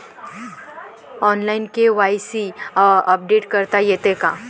Online KYC update करता येते का?